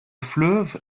fleuve